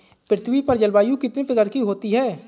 पृथ्वी पर जलवायु कितने प्रकार की होती है?